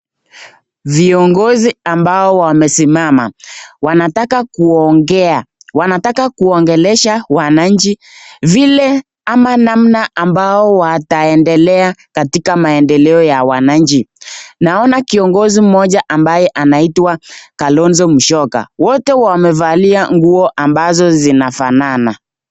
Viongozi ambao wamesimama wanataka kuongea. Wanataka kuongelesha wananchi vile ama namna ambao wataendelea katika maendeleo ya wananchi. Naona kiongozi mmoja ambaye anaitwa Kalonzo Musyoka, wote wamevalia nguo ambazo zinafanana.